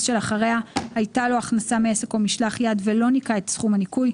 שלאחריה הייתה לו הכנסה מעסק או משלח יד ולא ניכה את סכום הניכוי,